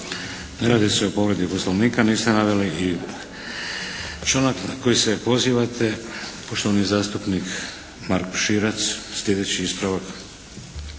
Ne radi se o povredi Poslovnika, niste naveli i članak na koji se pozivate. Poštovani zastupnik Marko Širac, sljedeći ispravak.